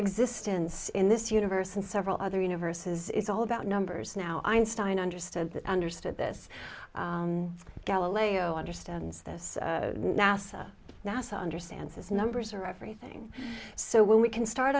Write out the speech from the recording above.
existence in this universe and several other universes it's all about numbers now einstein understood understood this galileo understands this nasa nasa understands his numbers or everything so when we can start